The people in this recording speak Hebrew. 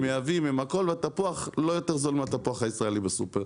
הם מייבאים והתפוח לא יותר זול מהתפוח הישראלי בסופר,